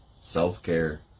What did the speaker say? self-care